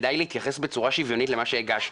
כדאי להתייחס בצורה שוויונית למה שהגשנו.